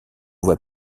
voie